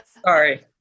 Sorry